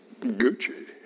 Gucci